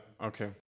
okay